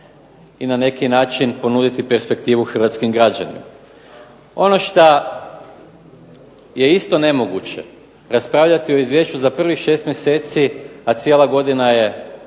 i na neki način ponuditi perspektivu hrvatskim građanima. Ono što je isto nemoguće, raspravljati o Izvješću za prvih 6 mjeseci, a cijela godina je